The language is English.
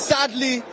Sadly